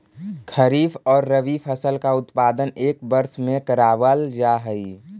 खरीफ और रबी फसल का उत्पादन एक वर्ष में करावाल जा हई